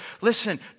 Listen